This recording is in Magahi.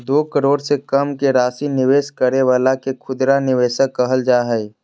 दो करोड़ से कम के राशि निवेश करे वाला के खुदरा निवेशक कहल जा हइ